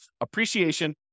appreciation